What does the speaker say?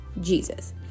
Jesus